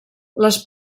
les